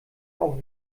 auch